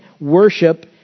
worship